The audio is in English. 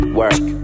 work